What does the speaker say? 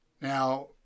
Now